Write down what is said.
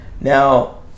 Now